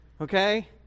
okay